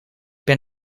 ben